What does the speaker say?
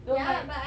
don't like